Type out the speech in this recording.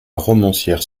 romancière